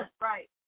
right